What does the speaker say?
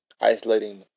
isolating